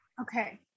okay